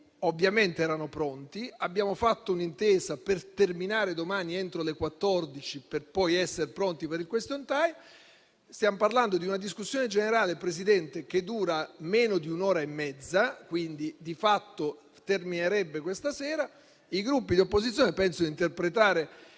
ovviamente erano pronti; abbiamo raggiunto un'intesa per terminare domani entro le ore 14, per poi essere pronti per il *question time*. Stiamo parlando di una discussione generale che dura meno di un'ora e mezza, quindi di fatto terminerebbe questa sera. Penso di interpretare